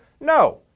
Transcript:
No